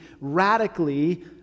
radically